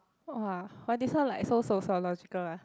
!wah! why this one like so sociological ah